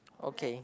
okay